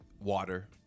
water